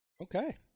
Okay